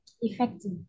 effective